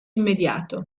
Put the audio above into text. immediato